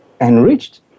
enriched